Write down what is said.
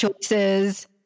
choices